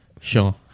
Sure